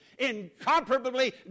incomparably